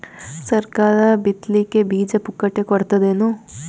ಸರಕಾರ ಬಿತ್ ಲಿಕ್ಕೆ ಬೀಜ ಪುಕ್ಕಟೆ ಕೊಡತದೇನು?